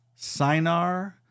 Sinar